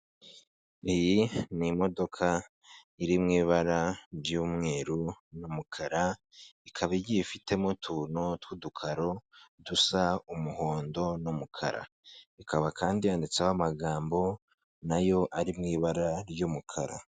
Iyi ni imodoka iri mu ibara ry'umweru n'umukara, ikaba igiye ifitemo utuntu tw'udukaro dusa umuhondo n'umukara. Ikaba kandi yanditseho amagambo, na yo ari mu ibara ry'umukara.